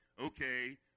Okay